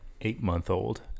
eight-month-old